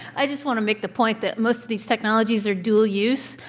i just want to make the point the most of these technologies are dual-use.